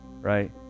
Right